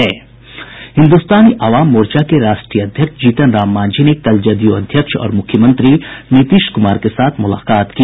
हिन्दुस्तानी अवाम मोर्चा के राष्ट्रीय अध्यक्ष जीतनराम मांझी ने कल जदयू अध्यक्ष और मुख्यमंत्री नीतीश कुमार के साथ मुलाकात की